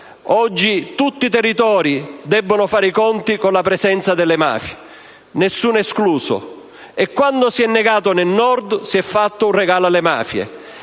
tutti i territori devono fare i conti con la presenza delle mafie, nessuno escluso. E quando si è negata nel Nord, si è fatto un regalo alle mafie.